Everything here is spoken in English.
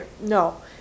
no